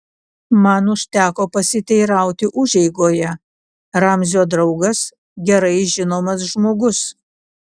man užteko pasiteirauti užeigoje ramzio draugas gerai žinomas žmogus